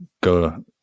go